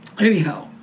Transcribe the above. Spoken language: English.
anyhow